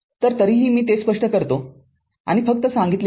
तर तरीही मी ते स्पष्ट करतो आणि फक्त सांगितले आहे